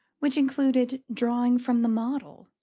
which included drawing from the model,